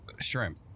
shrimp